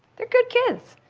they're good kids.